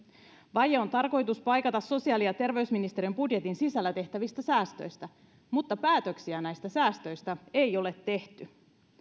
vaje on tarkoitus paikata sosiaali ja terveysministeriön budjetin sisällä tehtävistä säästöistä mutta päätöksiä näistä säästöistä ei ole tehty